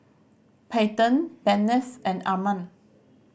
Payton Bennett and Arman